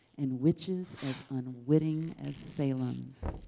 and witches as unwitting as salem's.